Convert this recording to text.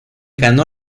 ganó